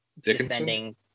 Defending